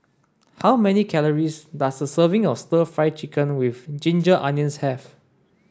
how many calories does a serving of stir fry chicken with ginger onions have